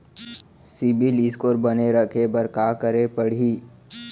CIBIL score बने रखे बर का करे पड़ही?